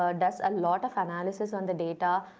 ah does a lot of analysis on the data,